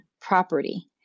property